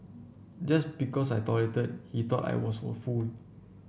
just because I tolerated he thought I was a fool